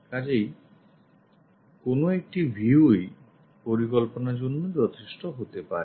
কাজেই কোন একটি view ই পরিকল্পনার জন্য যথেষ্ট হতে পারে